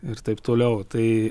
ir taip toliau tai